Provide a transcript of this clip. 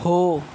हो